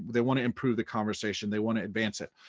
they wanna improve the conversation, they wanna advance it.